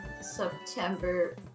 September